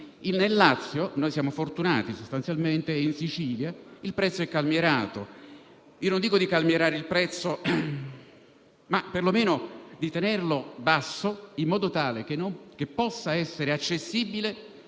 Nel Lazio - dove siamo fortunati, sostanzialmente - e in Sicilia il prezzo è calmierato. Non dico di calmierarlo ma perlomeno di tenerlo basso, in modo tale che possa essere accessibile